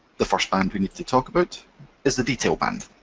the first band we need to talk about is the detail band.